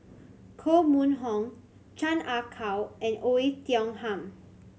Koh Mun Hong Chan Ah Kow and Oei Tiong Ham